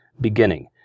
beginning